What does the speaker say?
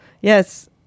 Yes